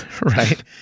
Right